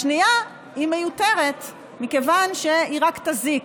השנייה היא מיותרת מכיוון שהיא רק תזיק,